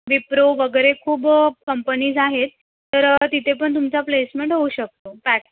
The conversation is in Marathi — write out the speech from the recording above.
विप्रो वगैरे खूप कंपनीज आहेत तर तिथे पण तुमचा प्लेसमेंट होऊ शकतो पॅक